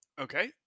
Okay